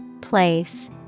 Place